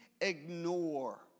ignore